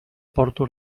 porto